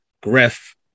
griff